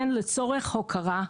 הן לצורך הוקרה,